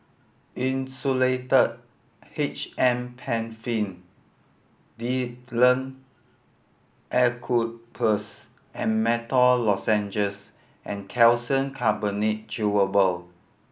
Insulatard H M Penfill Difflam Eucalyptus and Menthol Lozenges and Calcium Carbonate Chewable